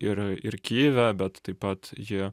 ir ir kijive bet taip pat ji